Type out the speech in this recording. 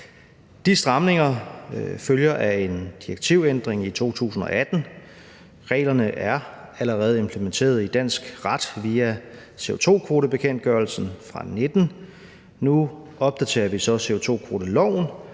De stramninger følger af en direktivændring i 2018. Reglerne er allerede implementeret i dansk ret via CO2-kvotebekendtgørelsen fra 2019. Nu opdaterer vi så CO2-kvoteloven,